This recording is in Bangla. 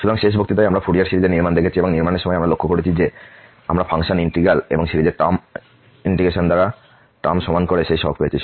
সুতরাং শেষ বক্তৃতায় আমরা ফুরিয়ার সিরিজের নির্মাণ দেখেছি এবং নির্মাণের সময় আমরা লক্ষ্য করেছি যে আমরা ফাংশন ইন্টিগ্রাল এবং সিরিজের টার্ম ইন্টিগ্রেশন দ্বারা টার্ম সমান করে সেই সহগ পেয়েছি